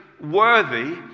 worthy